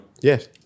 Yes